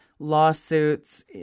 lawsuits